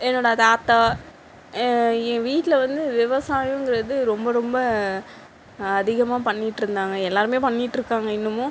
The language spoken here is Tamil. என்னோட தாத்தா வீட்டில் வந்து விவசாயோங்கிறது ரொம்ப ரொம்ப அதிகமாக பண்ணிகிட்டு இருந்தாங்க எல்லாருமே பண்ணிகிட்டு இருக்காங்க இன்னமும்